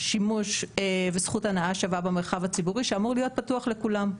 שימוש וזכות הנאה שווה במרחב הציבורי שאמור להיות פתוח לכולם.